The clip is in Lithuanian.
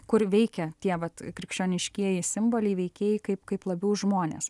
kur veikia tie vat krikščioniškieji simboliai veikėjai kaip kaip labiau žmonės